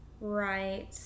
Right